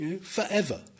Forever